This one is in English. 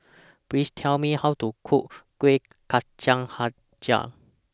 Please Tell Me How to Cook Kueh Kcang Hjau